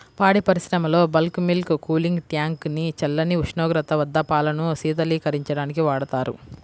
పాడి పరిశ్రమలో bulk milk cooling tank ని చల్లని ఉష్ణోగ్రత వద్ద పాలను శీతలీకరించడానికి వాడతారు